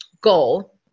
goal